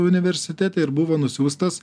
universitete ir buvo nusiųstas